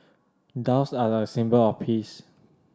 doves are a symbol of peace